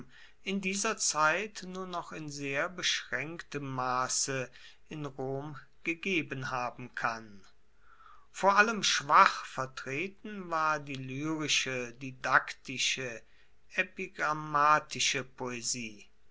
in dieser zeit nur noch in sehr beschraenktem masse in rom gegeben haben kann vor allem schwach vertreten war die lyrische didaktische epigrammatische poesie